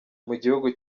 mugihugu